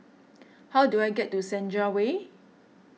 how do I get to Senja Way